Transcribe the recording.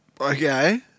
Okay